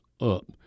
up